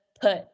put